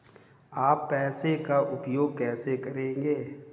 आप पैसे का उपयोग कैसे करेंगे?